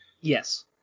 Yes